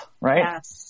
right